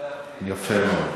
יפה מאוד.